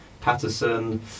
Patterson